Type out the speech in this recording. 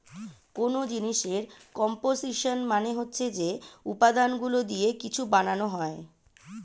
কোন জিনিসের কম্পোসিশন মানে হচ্ছে যে উপাদানগুলো দিয়ে কিছু বানানো হয়